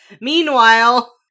Meanwhile